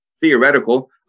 theoretical